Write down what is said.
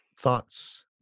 thoughts